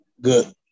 good